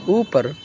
اوپر